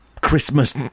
Christmas